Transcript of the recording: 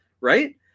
right